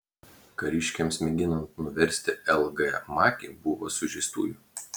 kariškiams mėginant nuversti l g makį buvo sužeistųjų